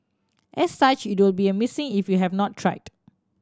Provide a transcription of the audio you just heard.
as such it will be a missing if you have not tried